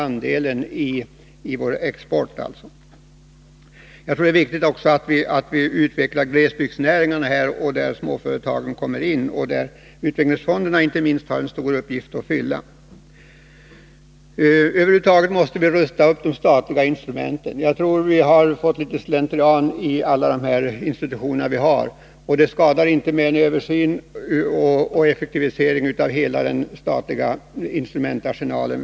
Jag tror också att det är viktigt att vi utvecklar glesbygdsnäringarna. Här kommer småföretagenin i bilden. Inte minst utvecklingsfonderna har en stor uppgift att fylla på det här området. Över huvud taget måste vi rusta upp de statliga instrumenten. Det har kommit in litet slentrian i dessa institutioner. Det skulle inte skada med en översyn och en effektivisering av hela den statliga instrumentarsenalen.